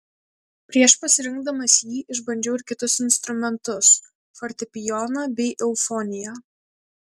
prieš pasirinkdamas jį išbandžiau ir kitus instrumentus fortepijoną bei eufoniją